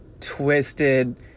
twisted